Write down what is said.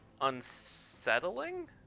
unsettling